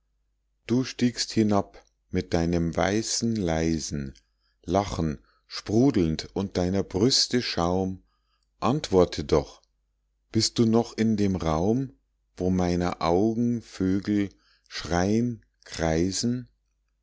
du stiegst hinab mit deinem weißen leisen lachen sprudelnd und deiner brüste schaum antworte doch bist du noch in dem raum wo meiner augen vögel schreien kreisen